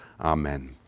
amen